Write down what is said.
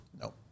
No